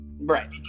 right